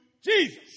Jesus